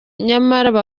nyamara